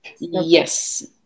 yes